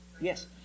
yes